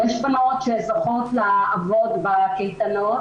יש בנות שזוכות לעבוד בקייטנות